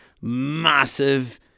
massive